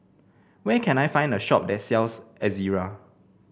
where can I find a shop that sells Ezerra